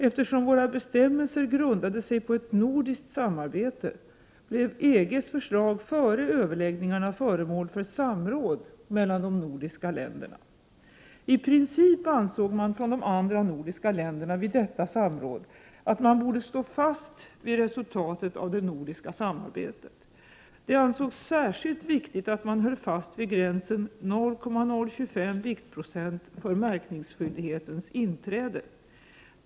Eftersom våra bestämmelser grundade sig på ett nordiskt samarbete, blev EG:s förslag före överläggningarna föremål för samråd mellan de nordiska länderna. I princip ansåg man från de andra nordiska länderna vid detta samråd, att man borde stå fast vid resultatet av det nordiska samarbetet. Det ansågs särskilt viktigt att man höll fast vid gränsen 0,025 viktprocent för märkningsskyldighetens inträde.